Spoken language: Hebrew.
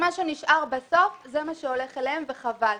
מה שנשאר בסוף, זה מה שהולך אליהם וחבל.